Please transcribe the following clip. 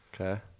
Okay